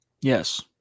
Yes